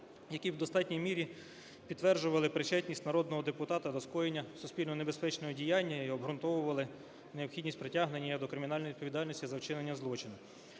які б в достатній мірі підтверджували причетність народного депутата до скоєння суспільно небезпечного діяння і обґрунтовували необхідність притягнення його до кримінальної відповідальності за вчинення злочину.